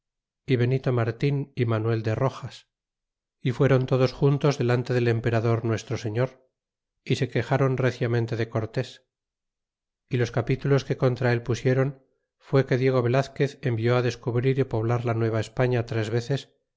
benito martin e manuel de roxas y fueron todos juntos delante del emperador nuestro señor y se quezáron reciamente de cortés y los capítulos que contra el pusieron fue que diego velazquez envió descubrir y poblar la nueva españa tres veces